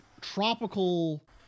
tropical